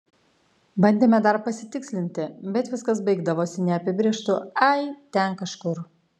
bandėme dar pasitikslinti bet viskas baigdavosi neapibrėžtu ai ten kažkur